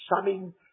summing